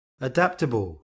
Adaptable